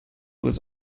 was